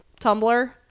Tumblr